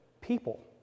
people